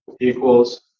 equals